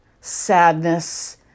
sadness